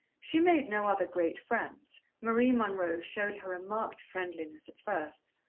she made no other great friends. marie munroe showed her a marked friendliness at first,